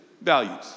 values